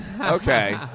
Okay